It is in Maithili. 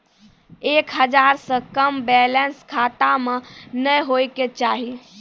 एक हजार से कम बैलेंस खाता मे नैय होय के चाही